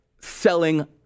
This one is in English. selling